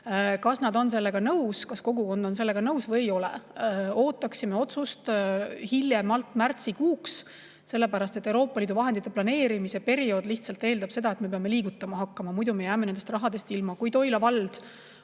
Kas nad on sellega nõus, kas kogukond on sellega nõus või ei ole? Ootame otsust hiljemalt märtsikuuks, sest Euroopa Liidu vahendite planeerimise periood lihtsalt eeldab, et me peame liigutama hakkama, muidu me jääme nendest rahadest ilma. Kui Toila vald